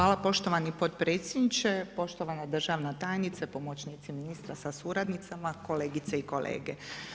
Hvala poštovani potpredsjedniče, poštovana državna tajnice, pomoćnici ministra sa suradnicama, kolegice i kolege.